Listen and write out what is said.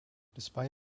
despite